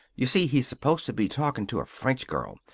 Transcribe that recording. you see, he's supposed to be talking to a french girl.